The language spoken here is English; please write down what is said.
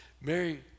Mary